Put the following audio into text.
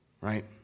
right